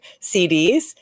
CDs